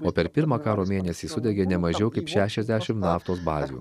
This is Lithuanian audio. o per pirmą karo mėnesį sudegė ne mažiau kaip šešiasdešim naftos bazių